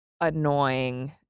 annoying